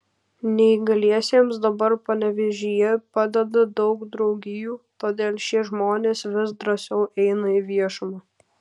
neįgaliesiems dabar panevėžyje padeda daug draugijų todėl šie žmonės vis drąsiau eina į viešumą